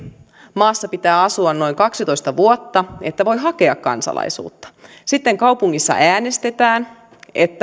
maassa pitää asua noin kaksitoista vuotta että voi hakea kansalaisuutta sitten kaupungissa äänestetään